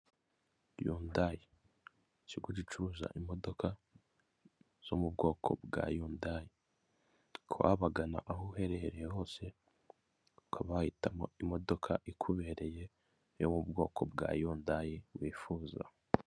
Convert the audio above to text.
Yundayi ikigo gicuruza imodoka zo mu bwoko bwa yundayi, ukaba wabagana aho uherereye hose ukaba wahitamo imodoka ikubereye yo mu bwoko bwa yundayi wifuza.